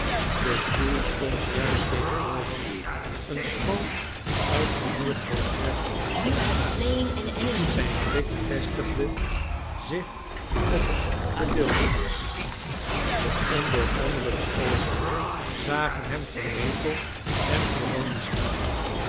de stoel stond juist tegenover een schoon uitgevoerd portret van anna zijn blik vestigde zich op de beeltenis de ondoorgrondelijke oogen zagen hem vermetel en ironisch aan